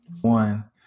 One